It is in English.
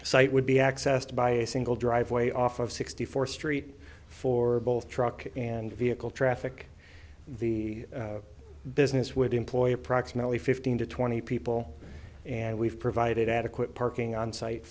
site would be accessed by a single driveway off of sixty fourth street for both truck and vehicle traffic the business would employ approximately fifteen to twenty people and we've provided adequate parking onsite